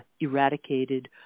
eradicated